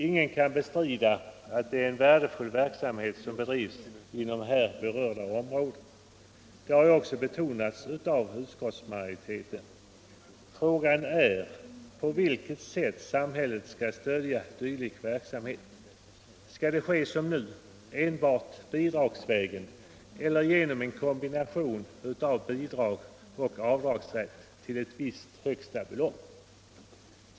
Ingen kan bestrida att det är en värdefull verksamhet som bedrivs inom här berörda områden. Det har ju också betonats av utskottsmajoriteten. Frågan är på vilket sätt samhället skall stödja dylik verksamhet. Skall det ske som nu — enbart bidragsvägen — eller genom en kombination av bidrag och avdragsrätt till ett visst högsta belopp?